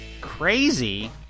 Crazy